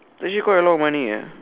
actually quite a lot of money eh